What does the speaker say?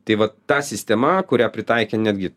tai vat ta sistema kurią pritaikė netgi